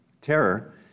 terror